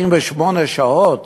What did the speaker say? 48 שעות